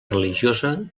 religiosa